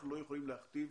אנחנו לא יכולים להכתיב